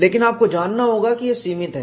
लेकिन आपको जानना होगा कि यह सीमित है